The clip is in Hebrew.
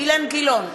אילן גילאון,